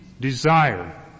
desire